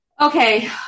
Okay